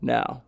Now